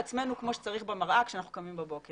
עצמנו כמו שצריך במראה כשאנחנו קמים בבוקר.